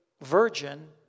virgin